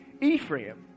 Ephraim